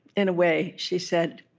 in a way she said.